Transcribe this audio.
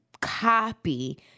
copy